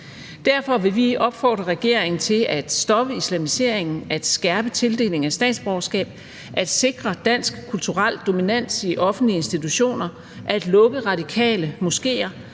Derfor vil vi opfordre regeringen til at stoppe islamiseringen, at skærpe tildelingen af statsborgerskab, at sikre dansk kulturel dominans i offentlige institutioner, at lukke radikale moskéer,